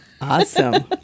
Awesome